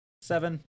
Seven